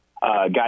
guys